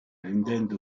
nintendo